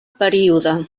període